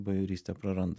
bajorystę praranda